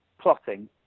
plotting